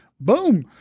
boom